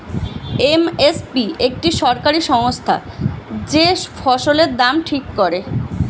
M S P একটি সরকারি সংস্থা যে ফসলের দাম ঠিক করে